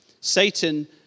Satan